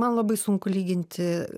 man labai sunku lyginti